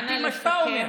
על פי מה שאתה אומר.